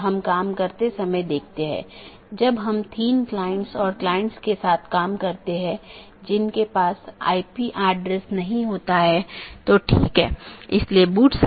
network layer की जानकारी क्या है इसमें नेटवर्क के सेट होते हैं जोकि एक टपल की लंबाई और उपसर्ग द्वारा दर्शाए जाते हैं जैसा कि 14 202 में 14 लम्बाई है और 202 उपसर्ग है और यह उदाहरण CIDR रूट है